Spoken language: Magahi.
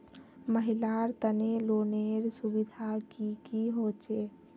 महिलार तने लोनेर सुविधा की की होचे?